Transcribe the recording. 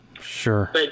Sure